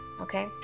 okay